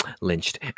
lynched